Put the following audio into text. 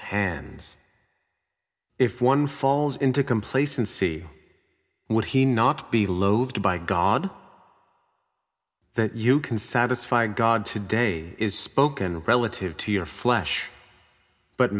hands if one falls into complacency would he not be loathed by god that you can satisfy god today is spoken relative to your flesh but